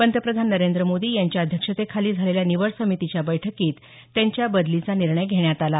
पंतप्रधान नरेंद्र मोदी यांच्या अध्यक्षतेखाली झालेल्या निवड समितीच्या बैठकीत त्यांच्या बदलीचा निर्णय घेण्यात आला